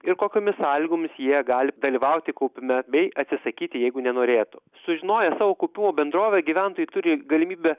ir kokiomis sąlygomis jie gali dalyvauti kaupime bei atsisakyti jeigu nenorėtų sužinoję savo kaupimo bendrovę gyventojai turi galimybę